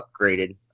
upgraded